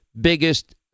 biggest